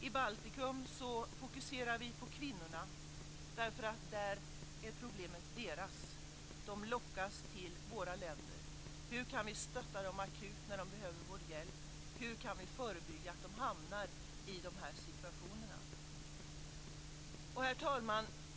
I Baltikum fokuserar vi på kvinnorna därför att där är problemet deras. De lockas till våra länder. Hur kan vi stötta dem akut när de behöver vår hjälp? Hur kan vi förebygga att de hamnar i dessa situationer? Herr talman!